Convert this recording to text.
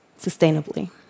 sustainably